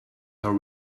how